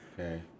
Okay